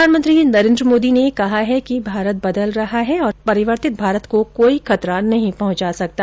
प्रधानमंत्री नरेंद्र मोदी ने कहा है कि भारत बदल रहा है और परिवर्तित भारत को कोई खतरा नहीं पहुंचा सकता